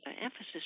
emphasis